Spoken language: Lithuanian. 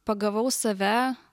pagavau save